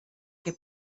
che